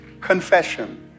confession